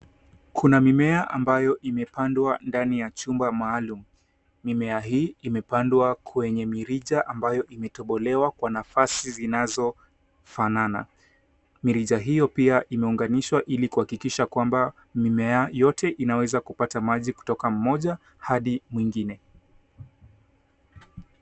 Kuna mimea ambayo imepadwa ndani ya chumba maalum. Mimea hii imepadwa kwenye mirija ambayo imetobolewa kwa nafasi zinazofanana. Mirija hio pia imeuganishwa ili kuhakikisha kwamba mimea yote inaweza kupata maji kutoka moja hadi mwengine.